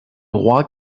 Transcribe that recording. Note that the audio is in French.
roi